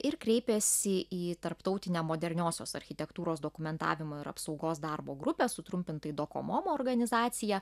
ir kreipėsi į tarptautinę moderniosios architektūros dokumentavimo ir apsaugos darbo grupės sutrumpintai dokomomo organizacija